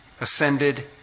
ascended